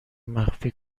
مخفی